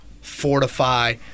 fortify